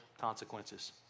consequences